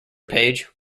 page